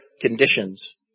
conditions